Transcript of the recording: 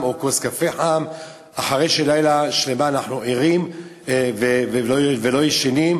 כוס קפה חם אחרי שלילה שלם אנחנו ערים ולא ישנים.